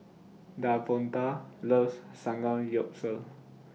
Davonta loves Samgyeopsal